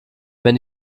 wenn